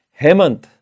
Hemant